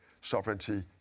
sovereignty